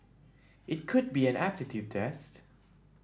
it could be an aptitude test